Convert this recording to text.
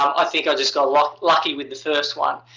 i think i just got lucky lucky with the first one.